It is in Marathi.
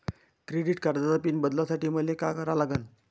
क्रेडिट कार्डाचा पिन बदलासाठी मले का करा लागन?